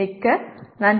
மிக்க நன்றி